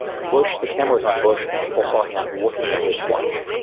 bush, the camera was on bush, and people saw him looking at his watch,